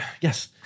Yes